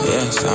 Yes